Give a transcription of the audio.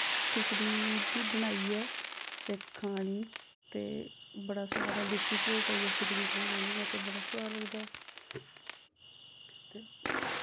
खिचड़ी बी बनाइयै ते खानी ते बड़ा सोआद देसी घ्यो पाइयै खिचड़ी बनानी होऐ ते बड़ा सोआद लगदा